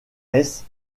hesse